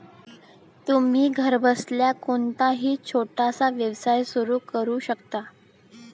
तुम्ही घरबसल्या कोणताही छोटासा व्यवसाय सुरू करू शकता